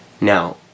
Now